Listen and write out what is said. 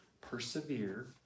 persevere